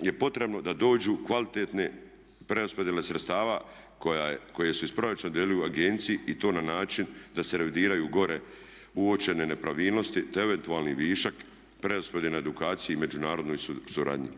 je potrebno da dođu kvalitetne preraspodjele sredstva koje se iz proračuna dodjeljuju agenciji i to na način da se revidiraju gore uočene nepravilnosti te eventualni višak preraspodjele na edukaciji i međunarodnoj suradnji.